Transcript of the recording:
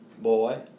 boy